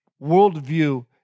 worldview